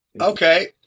okay